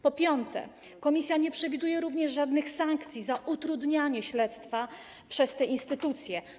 Po piąte, komisja nie przewiduje również żadnych sankcji za utrudnianie śledztwa przez te instytucje.